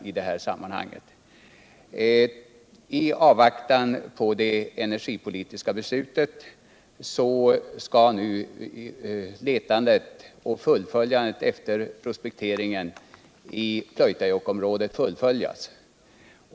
I avvaktan på det energipolitiska beslutet skall nu prospekteringen i Pleutajokksområdet fullföljas.